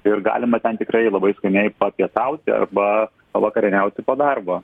ir galima ten tikrai labai skaniai papietauti arba pavakarieniauti po darbo